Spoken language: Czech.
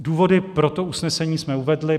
Důvody pro to usnesení jsme uvedli.